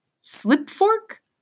Slip-fork